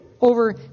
over